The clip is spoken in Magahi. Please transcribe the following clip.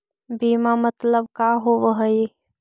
बीमा मतलब का होव हइ?